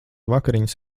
vakariņas